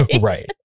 Right